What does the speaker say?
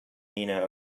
mina